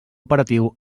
operatiu